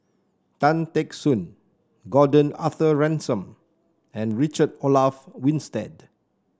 Tan Teck Soon Gordon Arthur Ransome and Richard Olaf Winstedt